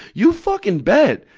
you fuck in bed.